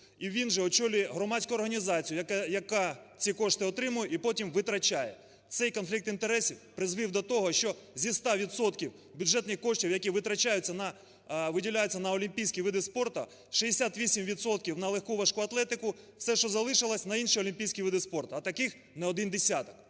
і він же очолює громадську організацію, яка ці кошти отримує і потім витрачає. Цей конфлікт інтересів призвів до того, що зі 100 відсотків бюджетних коштів, які витрачаються на, виділяються на олімпійські види спорту, 68 відсотків – на легку і важку атлетику, все, що залишилось – на інші олімпійські види спорту, а таких не один десяток!